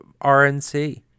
RNC